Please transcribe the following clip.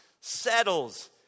settles